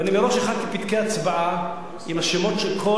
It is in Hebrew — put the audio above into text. ומראש הכנתי פתקי הצבעה עם השמות של כל